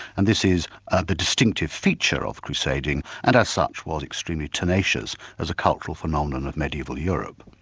and this is the distinctive feature of crusading, and as such was extremely tenacious as a cultural phenomenon of mediaeval europe.